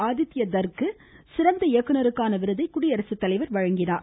ஆதித்தயதாருக்கு சிறந்த இயக்குநருக்கான விருதை குடியரசு துணை தலைவர் வழங்கினார்